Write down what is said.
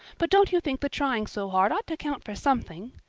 but don't you think the trying so hard ought to count for something?